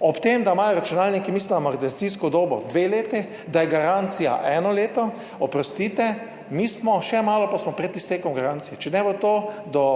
ob tem, da imajo računalniki, mislim da amortizacijsko dobo dve leti, da je garancija eno leto. Oprostite, mi smo še malo, pa smo pred iztekom garancije. Če ne bo to do